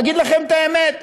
אגיד לכם את האמת,